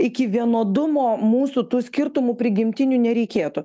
iki vienodumo mūsų tų skirtumų prigimtinių nereikėtų